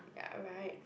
ya right